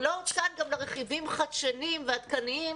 הוא לא הוצג גם לרכיבים חדשניים ועדכניים